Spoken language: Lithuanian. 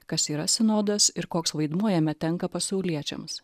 kas yra sinodas ir koks vaidmuo jame tenka pasauliečiams